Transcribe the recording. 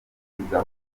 kwigira